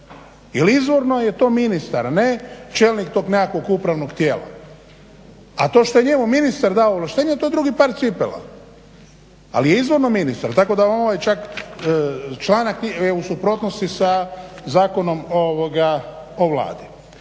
jer izvorno je to ministar ne čelnik tog nekakvog upravnog tijela a to što je njemu ministar ovlaštenje, to je drugi par cipela ali je izvorno ministar, tako da ovaj članak je u suprotnosti sa Zakonom o Vladi.